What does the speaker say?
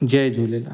Jay Jhulelal